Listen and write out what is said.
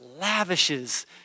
lavishes